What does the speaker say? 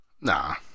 Nah